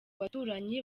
baturanyi